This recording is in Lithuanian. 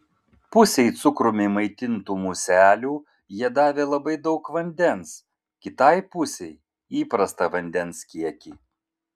pusei cukrumi maitintų muselių jie davė labai daug vandens kitai pusei įprastą vandens kiekį